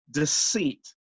deceit